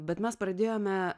bet mes pradėjome